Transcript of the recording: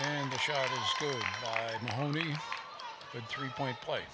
and to show me a three point play